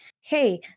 hey